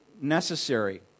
necessary